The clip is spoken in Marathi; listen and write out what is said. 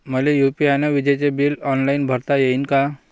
मले यू.पी.आय न विजेचे बिल ऑनलाईन भरता येईन का?